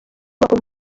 bakora